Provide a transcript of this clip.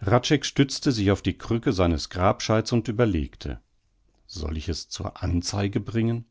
hradscheck stützte sich auf die krücke seines grabscheits und überlegte soll ich es zur anzeige bringen